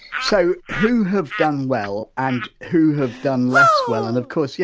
so, who have done well and who have done less well? and, of course, yeah